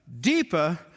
deeper